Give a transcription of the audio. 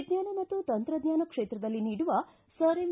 ವಿಜ್ಣಾನ ಮತ್ತು ತಂತ್ರಜ್ಞಾನ ಕ್ಷೇತ್ರದಲ್ಲಿ ನೀಡುವ ಸರ್ ಎಂ